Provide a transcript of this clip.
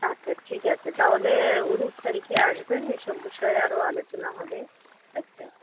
আচ্ছা ঠিক আছে তাহলে উনিশ তারিখে আসবেন এসব বিষয়ে আরও আলোচনা হবে ঠিক আছে